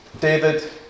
David